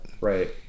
Right